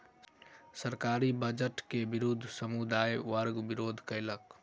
सरकारी बजट के विरुद्ध समुदाय वर्ग विरोध केलक